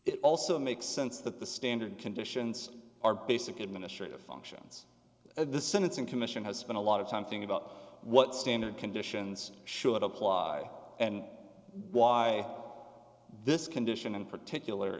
it also makes sense that the standard conditions are basically administrative functions of the sentencing commission has spent a lot of time think about what standard conditions should apply and why this condition in particular